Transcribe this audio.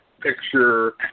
picture